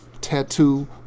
tattoo